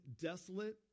desolate